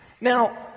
Now